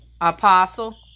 Apostle